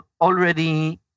already